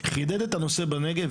חידד את הנושא בנגב.